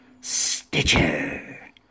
Stitcher